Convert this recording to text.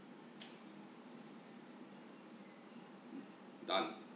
done